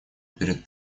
перед